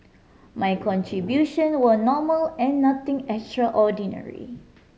my contribution were normal and nothing extraordinary